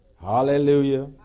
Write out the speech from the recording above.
Hallelujah